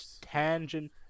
tangent